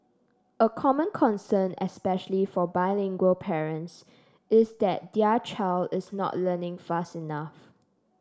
a common concern especially for bilingual parents is that their child is not learning fast enough